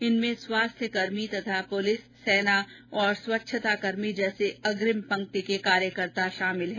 इनमें स्वास्थ्यकर्मी तथा पुलिस सेना और स्वच्छताकर्मी जैसे अग्निम पंक्ति के कार्यकर्ता शामिल हैं